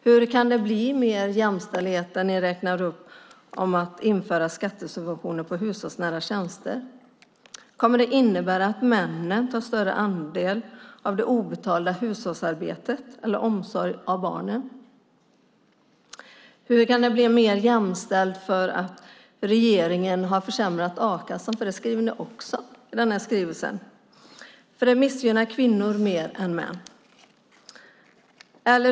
Hur kan det bli mer jämställdhet när ni inför skattesubventioner på hushållsnära tjänster? Kommer det att innebära att männen tar på sig en större andel av det obetalda hushållsarbetet eller omsorgen av barnen? Hur kan det bli mer jämställt för att regeringen har försämrat a-kassan? Det skriver ni också i den här skrivelsen, men det missgynnar kvinnor mer än män.